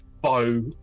bow